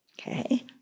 okay